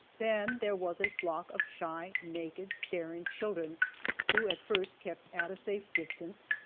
then there was a flock of shy, naked, staring children who at first kept at a safe distance,